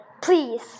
Please